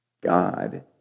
God